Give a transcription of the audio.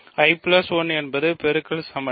1 I என்பது பெருக்கல் சமணி